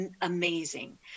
amazing